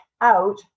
out